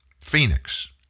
Phoenix